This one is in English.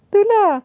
tu lah